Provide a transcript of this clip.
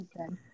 Okay